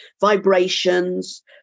vibrations